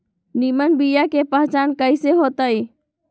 निमन बीया के पहचान कईसे होतई?